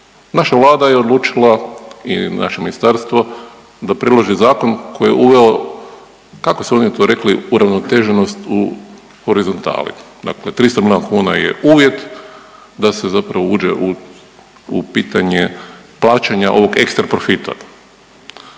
Naša Vlada je odlučila i naše ministarstvo da predloži zakon koji je uveo, kako su oni to rekli, uravnoteženost u horizontali, dakle 300 milijuna kuna je uvjet da se zapravo uđe u, u pitanje plaćanja ovog ekstra profita.